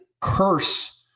curse